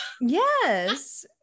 Yes